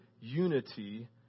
unity